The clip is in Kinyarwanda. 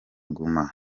guma